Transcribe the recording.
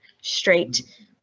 straight